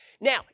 Now